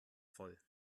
voll